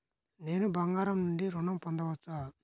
నేను బంగారం నుండి ఋణం పొందవచ్చా?